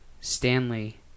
Stanley